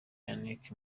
yannick